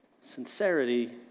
sincerity